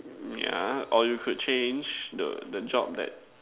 yeah or you could change the the job that